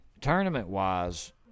tournament-wise